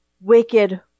wicked